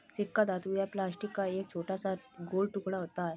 सिक्का धातु या प्लास्टिक का एक छोटा गोल टुकड़ा होता है